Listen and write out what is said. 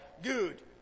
Good